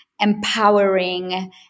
empowering